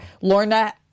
Lorna